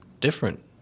different